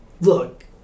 Look